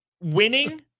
winning